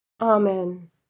Amen